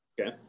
okay